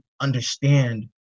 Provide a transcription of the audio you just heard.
understand